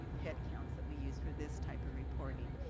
headcounts that we use for this type of reporting.